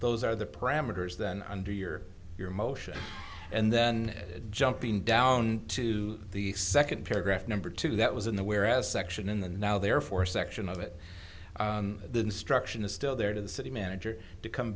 those are the parameters that under your your motion and then jumping down to the second paragraph number two that was in the whereas section in the now therefore section of it the instruction is still there to the city manager to come